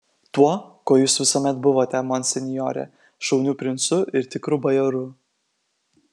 tuo kuo jūs visuomet buvote monsinjore šauniu princu ir tikru bajoru